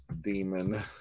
demon